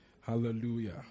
Hallelujah